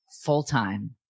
full-time